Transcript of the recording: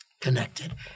connected